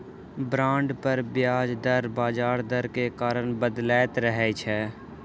bond पर ब्याज दर बजार दर के कारण बदलैत रहै छै